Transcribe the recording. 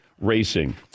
racing